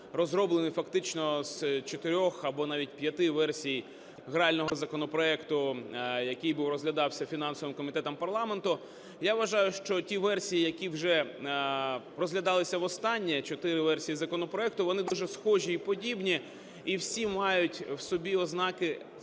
розроблений фактично з 4 або навіть 5 версій грального законопроекту, який був, розглядався фінансовим комітетом парламенту. Я вважаю, що ті версії, які вже розглядалися востаннє, 4 версії законопроекту, вони дуже схожі і подібні, і всі мають у собі ознаки